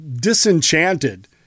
disenchanted